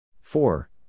Four